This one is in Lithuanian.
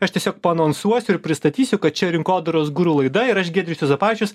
aš tiesiog paanonsuosiu ir pristatysiu kad čia rinkodaros guru laida ir aš giedrius juozapavičius